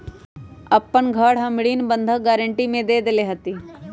अपन घर हम ऋण बंधक गरान्टी में देले हती